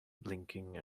blinking